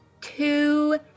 two